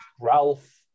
Ralph